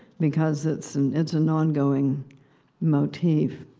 because it's and it's an ongoing motif.